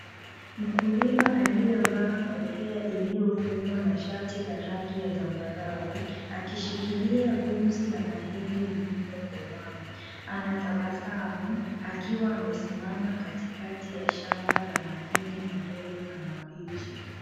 Mkulima aliyevaa kofia iliyofumwa na shati la rangi la zambarau akishikilia gunzi la mahindi lililokomaa anatabasamu akiwa amesimama katikati ya shamba la mahindi marefu na mabichi.